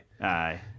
aye